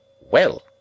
Well